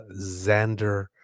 Xander